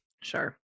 Sure